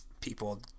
people